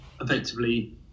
effectively